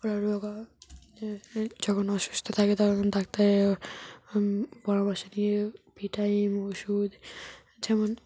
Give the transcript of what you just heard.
ওরা রোগা যখন অসুস্থ থাকে তখন ডাক্তারের পরামর্শ নিয়ে ভিটামিন ওষুধ যেমন